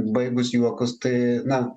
baigus juokus tai na